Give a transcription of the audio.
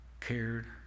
cared